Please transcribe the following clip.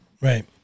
right